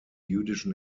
jüdischen